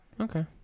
okay